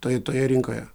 toje toje rinkoje